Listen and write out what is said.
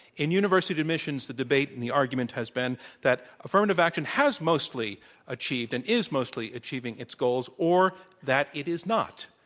in university admissions, the debate and the argument has been that affirmative action has mostly achieved and is mostly achieving its goals, or that it is not.